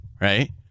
right